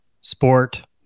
sport